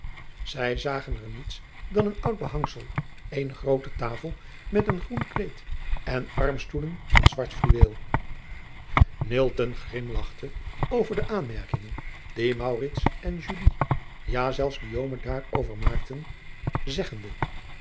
ij zagen er niets dan een oud behangsel eene groote tafel met een groen kleed en armstoelen van zwart fluweel grimlagchte over de aanmerkingen die en ja zelfs daarover maakten zeggende